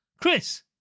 Chris